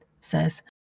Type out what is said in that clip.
says